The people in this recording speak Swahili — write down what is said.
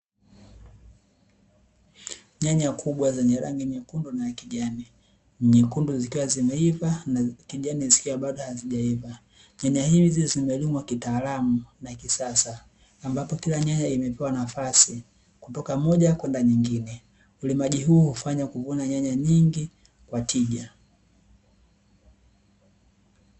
Nyanya kubwa zenye rangi nyekundu na kijani, zikiwa zimeiva na kijani zikiwa bado hazijaiva. Nyanya hizi zimelimwa kitaalamu na kisasa, ambapo kila nyanya imepewa nafasi kutoka moja kwenda nyingine. Ulimaji huu hufanya kuvuna nyanya nyingi kwa tija.